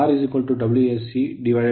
ಆದ್ದರಿಂದ R WscIsc2